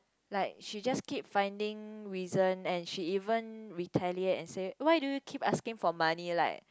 like she just keep finding reason and she even retaliate and say why do you keep asking for money like